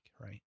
right